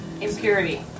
impurity